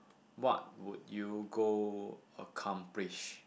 what would you go accomplish